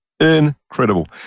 Incredible